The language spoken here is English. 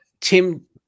Tim